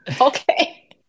Okay